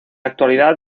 actualidad